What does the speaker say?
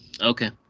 Okay